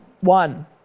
one